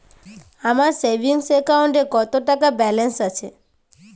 আমার সেভিংস অ্যাকাউন্টে কত টাকা ব্যালেন্স আছে?